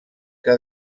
què